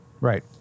Right